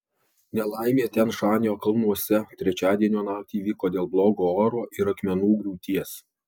nelaimė tian šanio kalnuose trečiadienio naktį įvyko dėl blogo oro ir akmenų griūties